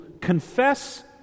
confess